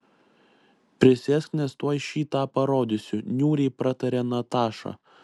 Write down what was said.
prisėsk nes tuoj šį tą parodysiu niūriai pratarė nataša